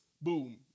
boom